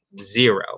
zero